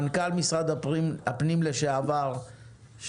מנכ"ל משרד הפנים לשעבר,